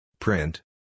Print